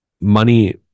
money